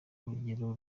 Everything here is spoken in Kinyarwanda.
urugero